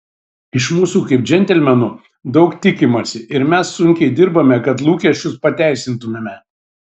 iš mūsų kaip džentelmenų daug tikimasi ir mes sunkiai dirbame kad lūkesčius pateisintumėme